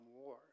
War